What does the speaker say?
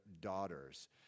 daughters